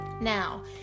Now